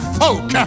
folk